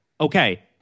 okay